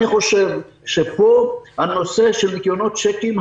אני חושב שפה הנושא של ניכיונות צ'קים,